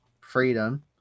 freedom